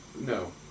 No